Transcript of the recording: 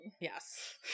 Yes